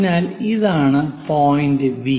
അതിനാൽ ഇതാണ് point V